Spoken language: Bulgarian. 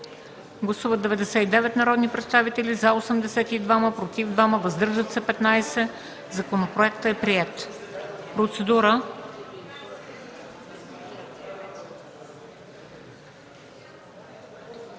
Гласували 99 народни представители: за 82, против 2, въздържали се 15. Законопроектът е приет. Процедура.